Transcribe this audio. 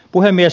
puhemies